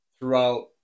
throughout